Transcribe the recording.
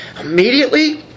Immediately